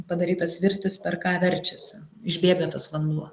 padaryta svirtis per ką verčiasi išbėga tas vanduo